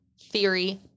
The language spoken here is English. Theory